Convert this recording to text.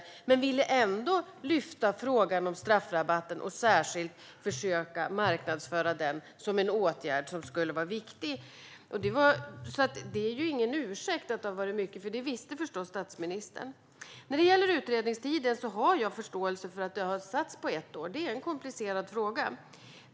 Men han ville ändå lyfta upp frågan om straffrabatten och försöka marknadsföra den särskilt som en åtgärd som skulle vara viktig. Att det har varit mycket är ingen ursäkt, för det visste förstås statsministern. När det gäller utredningstiden har jag förståelse för att den satts till ett år, för det är en komplicerad fråga.